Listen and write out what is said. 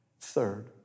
Third